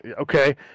okay